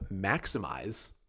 maximize